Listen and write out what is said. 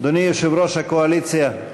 אדוני יושב-ראש הקואליציה,